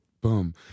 Boom